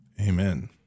Amen